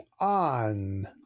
on